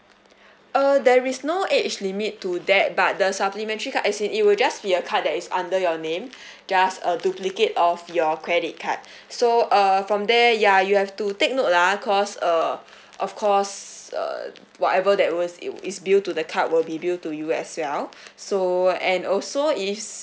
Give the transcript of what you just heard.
uh there is no age limit to that but the supplementary card as in it will just be a card that is under your name just a duplicate of your credit card so uh from there ya you have to take note lah cause uh of course uh whatever that was it wi~ is billed to the card will be billed to you as well so and also it's